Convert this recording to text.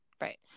Right